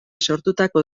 sortutako